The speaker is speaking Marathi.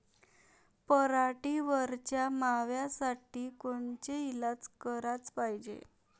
पराटीवरच्या माव्यासाठी कोनचे इलाज कराच पायजे?